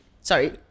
Sorry